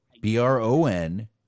B-R-O-N